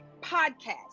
podcast